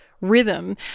rhythm